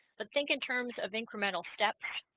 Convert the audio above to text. but think in terms of incremental step